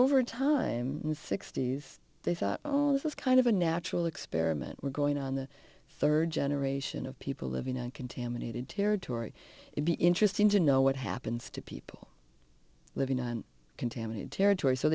over time and sixty's they thought oh this is kind of a natural experiment we're going on the third generation of people living on contaminated territory it be interesting to know what happens to people living on contaminated territory so